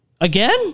Again